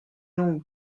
longue